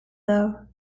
though